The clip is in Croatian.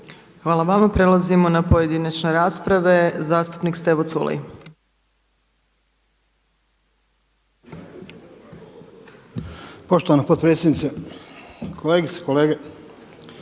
Hvala vama. Prelazimo na pojedinačne rasprave. Zastupnik Stevo Culej.